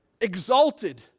exalted